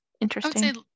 interesting